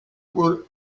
pour